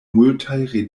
multaj